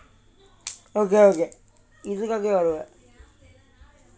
okay okay வருவேன்:varuvaen